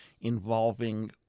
involving